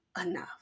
enough